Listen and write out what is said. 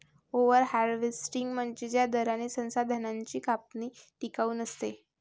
over harvesting म्हणजे ज्या दराने संसाधनांची कापणी टिकाऊ नसते